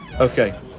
Okay